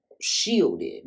shielded